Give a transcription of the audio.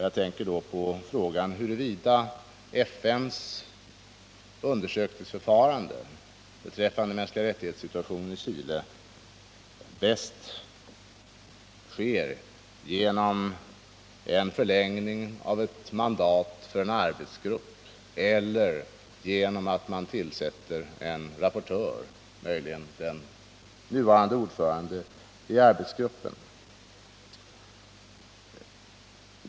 Jag tänker då på frågan, huruvida FN:s undersökningsförfarande beträffande den mänskliga rättighetssituationen i Chile bäst sker genom förlängning av ett mandat för en arbetsgrupp eller genom tillsättning av en rapportör, möjligen den nuvarande ordföranden i arbetsgruppen.